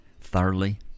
thoroughly